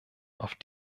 auf